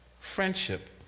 friendship